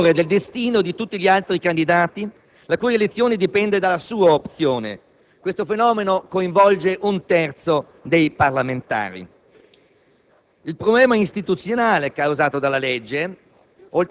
Il cosiddetto eletto plurimo è signore del destino di tutti gli altri candidati la cui elezione dipende dalla sua opzione. Questo fenomeno coinvolge un terzo dei parlamentari.